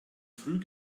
früh